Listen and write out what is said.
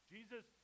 Jesus